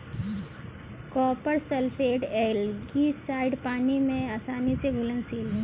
copper sulphate algicide पानी में आसानी से घुलनशील है